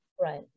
Right